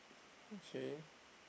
okay